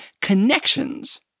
connections